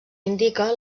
indica